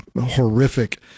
horrific